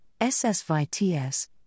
SSVTS